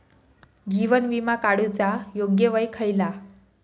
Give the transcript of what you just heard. जीवन विमा काडूचा योग्य वय खयला?